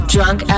Drunk